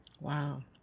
Wow